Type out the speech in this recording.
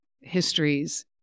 histories